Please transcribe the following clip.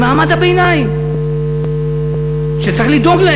למעמד הביניים לא צריך לדאוג.